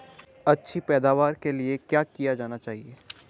अच्छी पैदावार के लिए क्या किया जाना चाहिए?